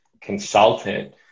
consultant